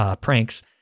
pranks